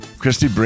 Christy